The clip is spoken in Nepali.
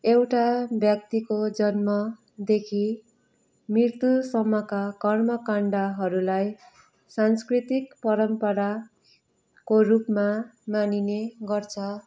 एउटा व्यक्तिको जन्मदेखि मृत्युसम्मका कर्मकाण्डहरूलाई सांस्कृतिक परम्पराको रूपमा मानिने गर्छ